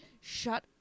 Shut